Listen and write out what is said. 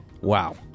wow